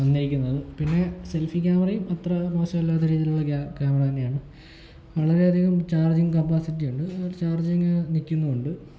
ഉണ്ടായിരിക്കുന്നത് പിന്നെ സെൽഫി ക്യാമറയും അത്ര മോശമല്ലാത്ത രീതിയിലുള്ള ക്യാമറ തന്നെയാണ് വളരേയധികം ചാർജിങ് കപ്പാസിറ്റിയുണ്ട് ചാർജ്ജിങ്ങ് നിൽക്കുന്നും ഉണ്ട്